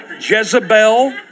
Jezebel